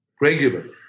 regularly